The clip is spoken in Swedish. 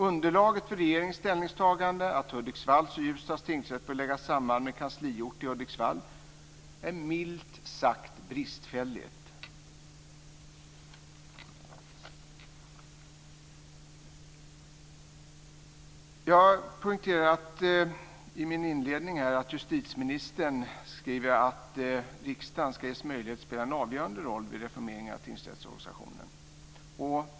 Underlaget för regeringens ställningstagande, att Hudiksvalls och Ljusdals tingsrätter bör läggas samman med kansliort i Hudiksvall, är milt sagt bristfälligt. Jag har i min inledning poängterat att justitieministern skriver att riksdagen ska ges möjlighet att spela en avgörande roll vid reformeringen av tingsrättsorganisationen.